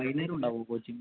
വൈകുന്നേരം ഉണ്ടാവുമോ കോച്ചിംഗ്